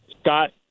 Scott